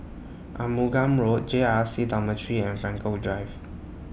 Arumugam Road J R C Dormitory and Frankel Drive